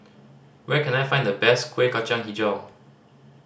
where can I find the best Kueh Kacang Hijau